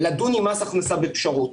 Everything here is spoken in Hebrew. לדון עם מס הכנסה בפשרות.